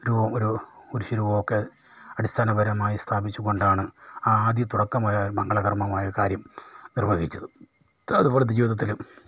ഒരു കുരിശു രൂപമൊക്കെ അടിസ്ഥാന പരമായി സ്ഥാപിച്ചു കൊണ്ടാണ് ആ ആദ്യ തുടക്കമായ മംഗളകർമ്മമായ കാര്യം നിർവഹിച്ചത് അതുപോലെ ജീവിതത്തിലും